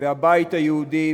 והבית היהודי,